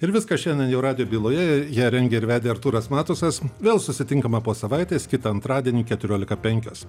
ir viskas šiandien jau radijo byloje ją rengė ir vedė artūras matusas vėl susitinkame po savaitės kitą antradienį keturiolika penkio